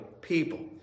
people